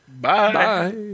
bye